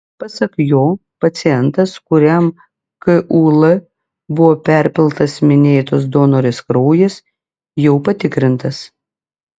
pasak jo pacientas kuriam kul buvo perpiltas minėtos donorės kraujas jau patikrintas